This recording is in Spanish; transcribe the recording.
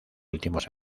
últimos